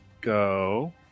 go